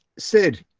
sid,